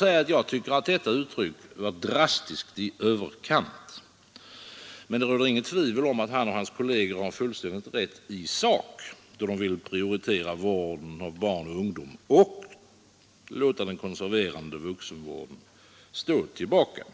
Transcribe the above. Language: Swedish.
Jag tycker att detta uttryck var drastiskt i överkant, men det råder inget tvivel om att han och hans kolleger har fullständigt rätt i sak, då de vill prioritera vården av barn och ungdom och låta den konserverande vuxenvården stå tillbaka.